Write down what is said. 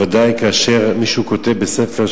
ודאי כאשר מישהו כותב בספר.